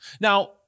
Now